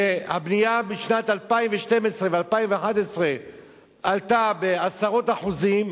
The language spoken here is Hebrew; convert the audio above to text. שהבנייה בשנת 2012 ו-2011 עלתה בעשרות אחוזים,